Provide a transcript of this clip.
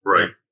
Right